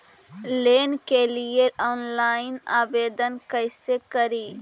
Loan के लिये online आवेदन कैसे करि?